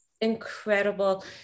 incredible